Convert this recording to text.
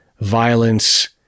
violence